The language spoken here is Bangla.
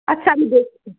আচ্ছা আমি দেখছি